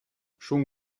schon